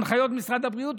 הנחיות משרד הבריאות,